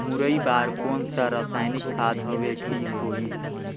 मुरई बार कोन सा रसायनिक खाद हवे ठीक होही?